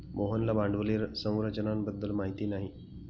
मोहनला भांडवली संरचना बद्दल माहिती नाही